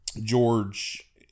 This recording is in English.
George